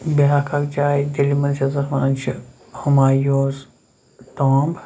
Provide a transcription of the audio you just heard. بیٛاکھ اَکھ جاے دِلہِ منٛز یَتھ زَن وَنان چھِ ہُمایوٗز ٹامب